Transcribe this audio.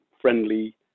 friendly